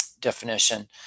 definition